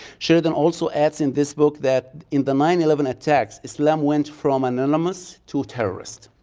sheridan also adds in this book that, in the nine eleven attacks, islam went from anonymous to terrorist.